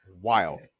wild